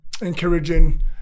encouraging